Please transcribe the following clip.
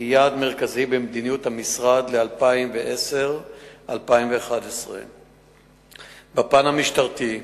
כיעד מרכזי במדיניות המשרד ל-2010 2011. בפן המשטרתי,